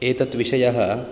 एतत् विषयः